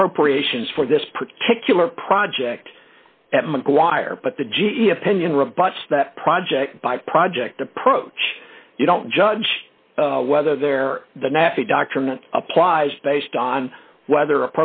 appropriations for this particular project at mcguire but the g e opinion rebuts that project by project approach you don't judge whether they're the nephew doctrine applies based on whether